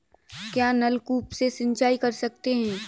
क्या नलकूप से सिंचाई कर सकते हैं?